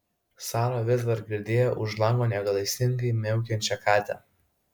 sara vis dar girdėjo už lango negailestingai miaukiančią katę